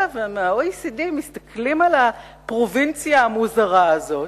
ומה-OECD מסתכלים על הפרובינציה המוזרה הזאת,